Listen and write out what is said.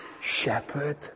shepherd